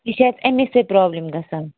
یہ چھِ اسہِ امی سۭتۍ پرابلِم گژھان